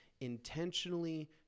intentionally